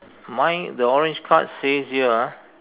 mine the orange cards says her ah